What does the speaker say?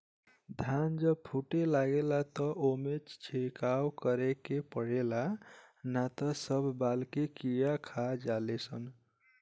धान जब फूटे लागेला त ओइमे छिड़काव करे के पड़ेला ना त सब बाल के कीड़ा खा जाले सन